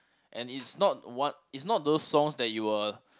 and is not one is not those song that you will